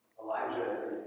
Elijah